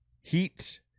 Heat